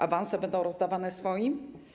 Awanse będą rozdawane swoim.